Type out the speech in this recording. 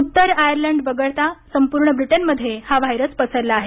उत्तर आयर्लंड वगळता संपूर्ण ब्रिटनमध्ये हा व्हायरस पसरला आहे